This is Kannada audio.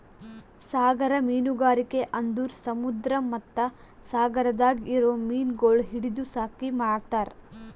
ಸಾಗರ ಮೀನುಗಾರಿಕೆ ಅಂದುರ್ ಸಮುದ್ರ ಮತ್ತ ಸಾಗರದಾಗ್ ಇರೊ ಮೀನಗೊಳ್ ಹಿಡಿದು ಸಾಕಿ ಮಾರ್ತಾರ್